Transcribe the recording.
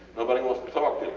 nobody wants to talk to me.